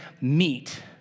meet